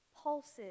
pulses